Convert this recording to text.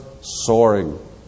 soaring